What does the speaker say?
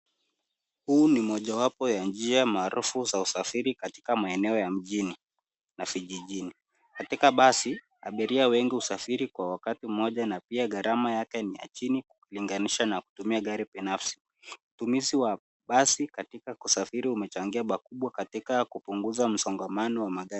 Huu ni mojawapo ya njia maarufu za usafiri katika eneo ya mjini, na vijijini. Katika basi, abiria wengi husafiri kwa wakati mmoja ,na pia gharama yake ni ya chini kulinganisha na kutumia gari binafsi. Utumizi wa basi katika kusafiri, umechangia pakubwa katika msongamano wa magari.